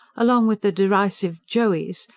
along with the derisive joeys!